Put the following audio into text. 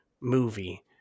movie